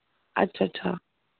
अच्छा अच्छा